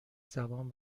زبان